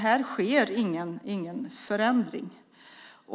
Här sker ingen förändring.